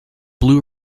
blue